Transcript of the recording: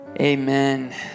Amen